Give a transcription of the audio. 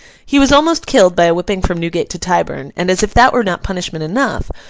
he was almost killed by a whipping from newgate to tyburn, and, as if that were not punishment enough,